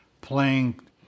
playing